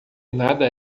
nada